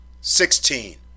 Sixteen